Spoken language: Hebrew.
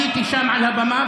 הייתי שם על הבמה,